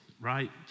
right